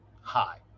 Hi